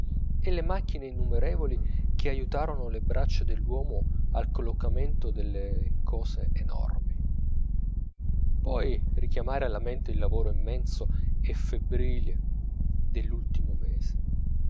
e le macchine innumerevoli che aiutarono le braccia dell'uomo al collocamento delle cose enormi poi richiamare alla mente il lavoro immenso e febbrile dell'ultimo mese